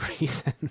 reason